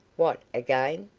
what, again?